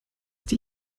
die